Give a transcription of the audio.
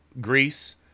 *Greece*